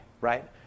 right